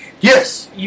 Yes